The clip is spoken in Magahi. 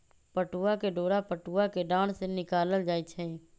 पटूआ के डोरा पटूआ कें डार से निकालल जाइ छइ